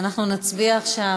אנחנו נצביע עכשיו.